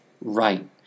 right